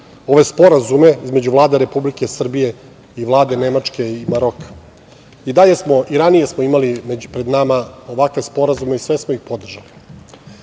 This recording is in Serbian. ove sporazume između Vlade Republike Srbije i vlade Nemačke i Maroka. I ranije smo imali pred nama ovakve sporazume i sve smo ih podržali. Želim